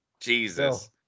Jesus